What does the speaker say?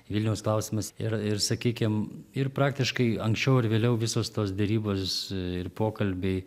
vilniaus klausimas ir ir sakykim ir praktiškai anksčiau ar vėliau visos tos derybos ir pokalbiai